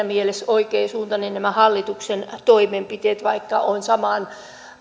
mielessä oikeansuuntaiset nämä hallituksen toimenpiteet vaikka on samaan